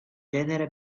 genere